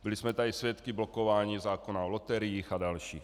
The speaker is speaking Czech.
Byli jsme tady svědky blokování zákona o loteriích a dalších.